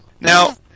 Now